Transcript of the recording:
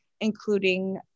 including